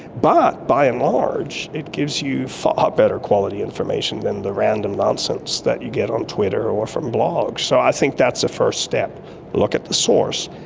but by and large it gives you far better quality information than the random nonsense that you get on twitter or from blogs. so i think that's a first step look at the source,